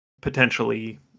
potentially